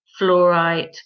fluorite